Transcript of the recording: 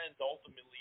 ultimately